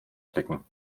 blicken